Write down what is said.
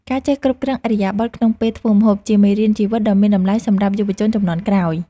ការចេះគ្រប់គ្រងឥរិយាបថក្នុងពេលធ្វើម្ហូបជាមេរៀនជីវិតដ៏មានតម្លៃសម្រាប់យុវជនជំនាន់ក្រោយ។